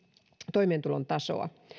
toimeentulon tasoa